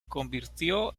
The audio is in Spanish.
convirtió